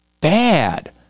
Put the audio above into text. bad